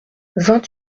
vingt